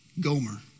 Gomer